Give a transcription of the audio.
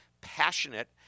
passionate